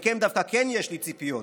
מכם דווקא כן יש לי ציפיות.